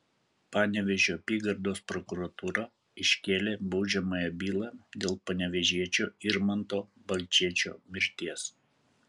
panevėžio apygardos prokuratūra iškėlė baudžiamąją bylą dėl panevėžiečio irmanto balčėčio mirties